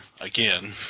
again